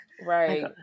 Right